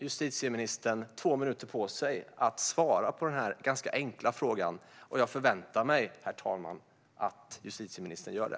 Justitieministern har två minuter på sig för att svara på denna ganska enkla fråga, och jag förväntar mig att han gör det.